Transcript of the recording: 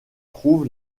trouve